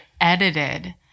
edited